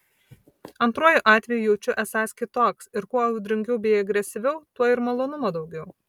antruoju atveju jaučiu esąs kitoks ir kuo audringiau bei agresyviau tuo ir malonumo daugiau